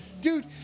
Dude